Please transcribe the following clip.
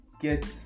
get